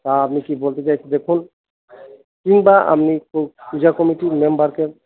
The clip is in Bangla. তা আপনি কি বলতে চাইছেন দেখুন কিংবা আপনি পূজা কমিটির মেম্বারকে